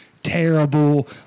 Terrible